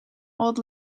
old